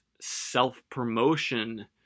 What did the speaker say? self-promotion